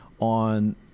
on